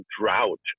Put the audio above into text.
drought